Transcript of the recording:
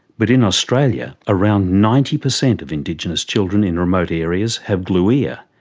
but in australia, around ninety per cent of indigenous children in remote areas have glue ear,